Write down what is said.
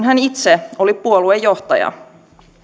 hän itse oli puoluejohtaja